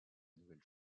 nouvelle